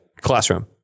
classroom